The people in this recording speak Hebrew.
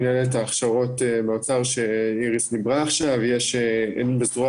מה העלות של ההכשרה וכמה זה יחזיר חזרה מבחינת השכר של